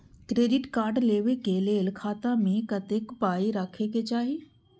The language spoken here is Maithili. क्रेडिट कार्ड लेबै के लेल खाता मे कतेक पाय राखै के चाही?